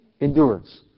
endurance